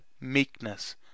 meekness